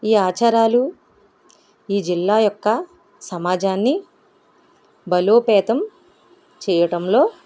ఈ ఆచారాలు ఈ జిల్లా యొక్క సమాజాన్ని బలోపేతం చేయటంలో